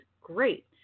great